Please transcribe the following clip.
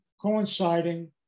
coinciding